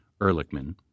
Ehrlichman